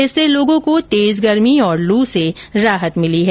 इससे लोगों को तेज गर्मी और लू से राहत मिली है